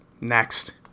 Next